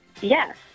Yes